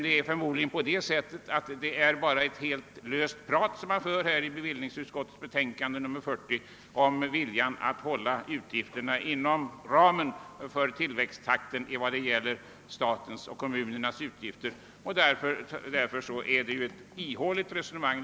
Det resonemang, som man för i bevillningsutskottets betänkande nr 40 om viljan att hålla utgifterna inom ramen för statens och kommunernas tillväxttakt, är förmodligen bara löst prat. Det är ett ihåligt resonemang.